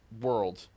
world